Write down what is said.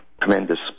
Tremendous